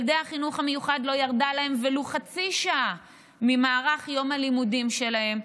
לילדי החינוך המיוחד לא ירדה ולו חצי שעה ממערך יום הלימודים שלהם.